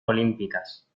olímpicas